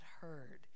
heard